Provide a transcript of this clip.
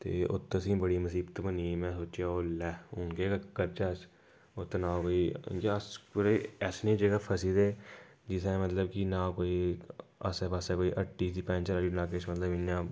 ते ओत्त असेंगी बड़ी मुसीबत बनी गेई में सोचेआ ओह् लै हून केह् करचै अस ओत्त ना कोई मतलब अस पूरे ऐसी नेही जगह् फसी गेदे हे जित्थें मतलब कि ना कोई आसै पासै कोई हट्टी जे पैंचर आह्ली ना किश मतलब इ'यां